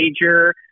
major